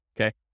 okay